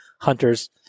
hunters